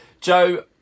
Joe